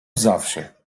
zawsze